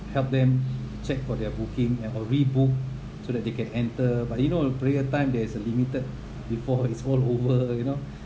help them check for their booking and or rebook so that they can enter but you know prayer time there's a limited before it's all over you know